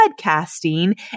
podcasting